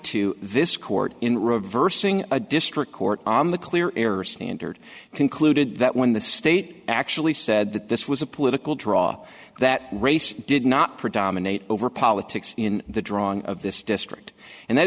to this court in reversing a district court on the clear error standard concluded that when the state actually said that this was a political draw that race did not predominate over politics in the drawing of this district and that